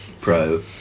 pro